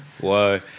Whoa